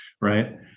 right